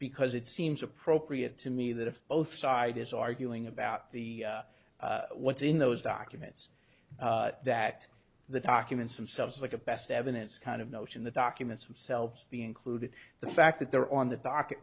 because it seems appropriate to me that if both side is arguing about the what's in those documents that the documents themselves like a best evidence kind of notes in the documents themselves be included the fact that they're on the docket